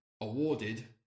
awarded